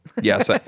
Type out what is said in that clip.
Yes